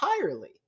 entirely